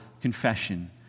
confession